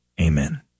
Amen